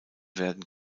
werden